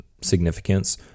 significance